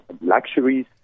luxuries